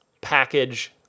package